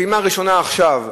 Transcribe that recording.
פעימה ראשונה עכשיו,